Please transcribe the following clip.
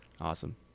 awesome